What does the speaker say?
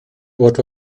what